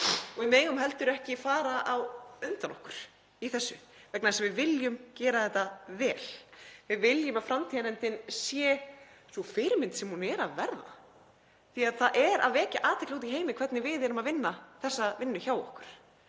Við megum heldur ekki fara á undan okkur í þessu vegna þess að við viljum gera þetta vel. Við viljum að framtíðarnefndin sé sú fyrirmynd sem hún er að verða því að það er að vekja athygli úti í heimi hvernig við erum að vinna þessa vinnu hjá okkur.